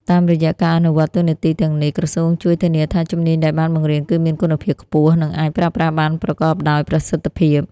តាមរយៈការអនុវត្តតួនាទីទាំងនេះ ក្រសួងជួយធានាថាជំនាញដែលបានបង្រៀនគឺមានគុណភាពខ្ពស់ និងអាចប្រើប្រាស់បានប្រកបដោយប្រសិទ្ធភាព។